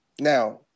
now